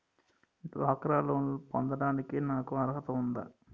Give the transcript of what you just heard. డ్వాక్రా లోన్ పొందటానికి నాకు అర్హత ఉందా?